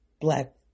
black